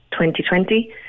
2020